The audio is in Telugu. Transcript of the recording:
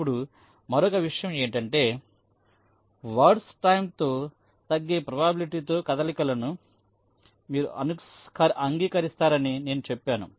ఇప్పుడు మరొక విషయం ఏమిటంటే వర్డ్స్ టైం తో తగ్గే ప్రాబబిలిటీ తో కదలికలను మీరు అంగీకరిస్తారని నేను చెప్పాను